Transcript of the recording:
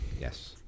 yes